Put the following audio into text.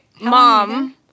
Mom